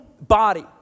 body